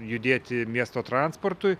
judėti miesto transportui